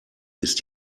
ist